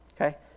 okay